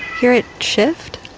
hear it shift?